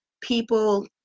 people